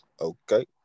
Okay